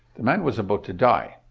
the man was about to die,